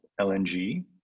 LNG